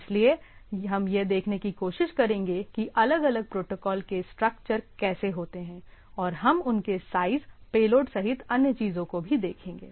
इसलिए हम यह देखने की कोशिश करेंगे कि अलग अलग प्रोटोकॉल के स्ट्रक्चर कैसे होते हैं और हम उनके साइज पेलोड सहित अन्य चीजों को भी देखेंगे